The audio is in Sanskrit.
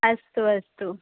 अस्तु अस्तु